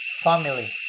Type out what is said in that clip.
family